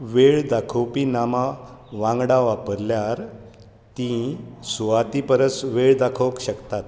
वेळ दाखोवपी नामां वांगडा वापरल्यार तीं सुवाती परस वेळ दाखोवंक शकतात